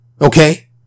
Okay